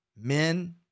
Men